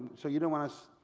so you don't want us.